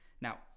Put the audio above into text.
Now